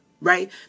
Right